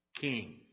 king